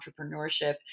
entrepreneurship